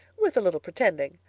with a little pretending.